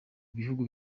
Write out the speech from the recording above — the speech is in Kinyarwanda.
bihugu